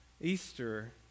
Easter